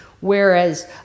Whereas